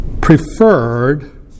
preferred